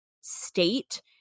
state